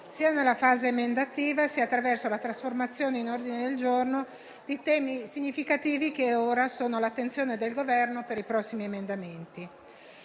sia nella fase emendativa, sia attraverso la trasformazione in ordine del giorno di temi significativi che ora sono all'attenzione del Governo per i prossimi emendamenti.